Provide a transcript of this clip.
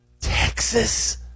Texas